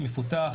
מפותח,